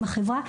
עם החברה,